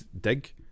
dig